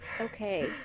Okay